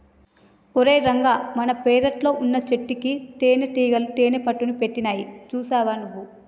ఓరై రంగ మన పెరట్లో వున్నచెట్టుకి తేనటీగలు తేనెపట్టుని పెట్టినాయి సూసావా నువ్వు